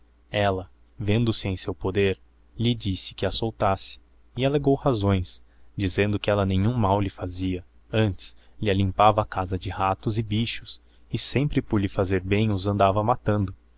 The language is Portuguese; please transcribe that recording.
ella vendo-se era seu poder lhe disse que a soltasse e allegou razões dizendo que ella nenhum mal lhe fazia antes lhe alimpava a casa de xatos e bichos e sempre por llie fazer bem os andava matando